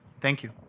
thank you.